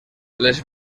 les